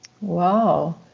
Wow